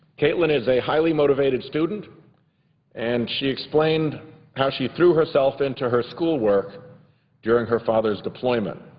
katelin is a highly motivated student and she explained how she threw herself into her school work during her father's deployment.